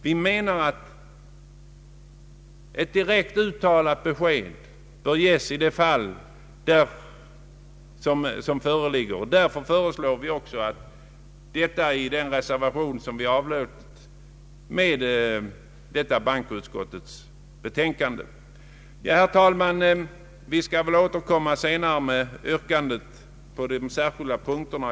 Vi menar att ett direkt uttalat besked bör ges i detta fall. Därför föreslår vi även detta i den reservation som vi avgett till bankoutskottets utlåtande. Herr talman! Vi återkommer senare med yrkanden på de särskilda punkterna.